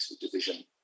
division